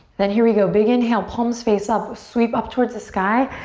then, here we go, big inhale, palms face up, sweep up towards the sky,